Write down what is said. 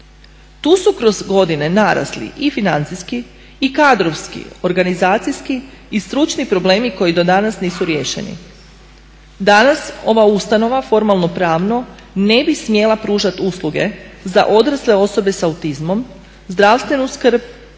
Tu su kroz godine narasli i financijski i kadrovski, organizacijski i stručni problemi koji do danas nisu riješeni. Danas ova ustanova formalno-pravno ne bi smjela pružati usluge za odrasle osobe s autizmom, zdravstvenu skrb,